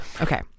Okay